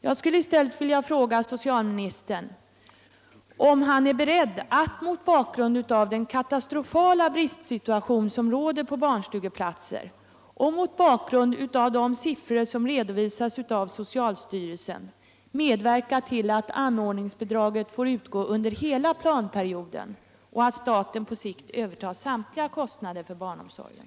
Jag skulle i stället vilja fråga socialministern - Om anordningsbiom han mot bakgrund av den katastrofala brist som råder på barnstu — dragen för geplatser och de siffror som redovisas av socialstyrelsen är beredd att — daghemsbyggande medverka till att anordningsbidraget får utgå under hela planperioden och alt staten på sikt övertar samtliga kostnader för barnomsorgen.